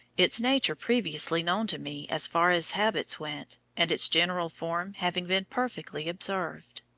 its nature previously known to me as far as habits went, and its general form having been perfectly observed.